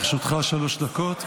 לרשותך שלוש דקות,